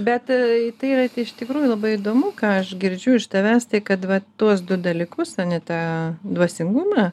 bet tai yra iš tikrųjų labai įdomu ką aš girdžiu iš tavęs tai kad vat tuos du dalykus ane tą dvasingumą